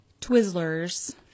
Twizzlers